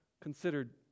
considered